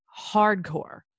hardcore